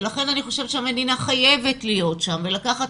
ולכן אני חושבת שהמדינה חייבת להיות שם ולקחת